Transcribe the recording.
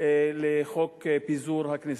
לחוק פיזור הכנסת.